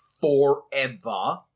forever